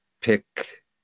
pick